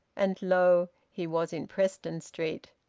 and lo! he was in preston street.